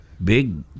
Big